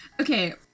okay